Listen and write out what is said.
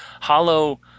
hollow